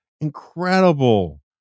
incredible